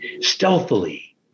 stealthily